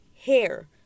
hair